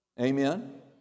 Amen